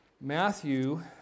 Matthew